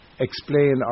explain